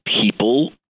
people